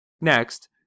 Next